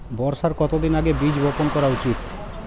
বর্ষার কতদিন আগে বীজ বপন করা উচিৎ?